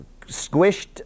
squished